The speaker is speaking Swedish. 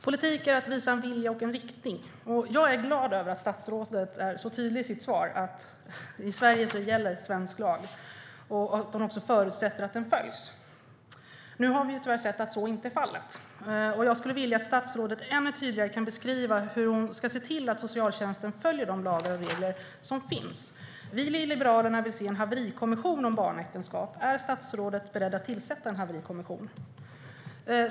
Politik är att visa en vilja och en riktning. Jag är glad över att statsrådet är så tydlig i sitt svar om att i Sverige gäller svensk lag, och att hon förutsätter att den följs. Nu har vi tyvärr sett att så inte är fallet. Jag skulle vilja att statsrådet ännu tydligare beskrev hur hon ska se till att socialtjänsten följer de lagar och regler som finns. Vi i Liberalerna vill se en haverikommission om barnäktenskap. Är statsrådet beredd att tillsätta en haverikommission?